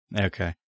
okay